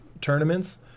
tournaments